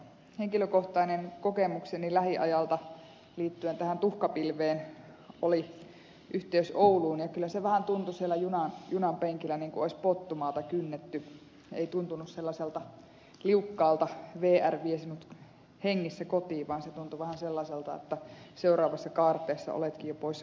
henkilökohtainen kokemukseni lähiajalta liittyen tähän tuhkapilveen oli yhteys ouluun ja kyllä se vähän tuntui siellä junan penkillä niin kuin olisi pottumaata kynnetty ei tuntunut sellaiselta liukkaalta vr vie sinut hengissä kotiin vaan se tuntui vähän sellaiselta että seuraavassa kaarteessa oletkin jo poissa kyydistä